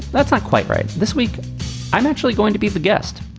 that's not quite right. this week i'm actually going to be the guest.